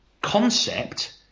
concept